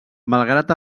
malgrat